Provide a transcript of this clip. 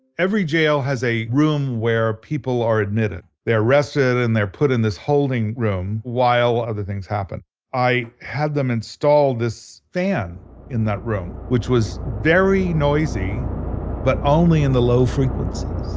every jail has a room where people are admitted. they're arrested and they're put in this holding room while other things happen. i had them install this fan in that room, which was very noisy but only in the low frequencies.